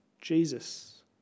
Jesus